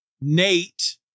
Nate